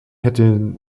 hätte